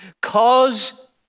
cause